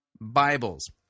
Bibles